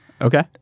Okay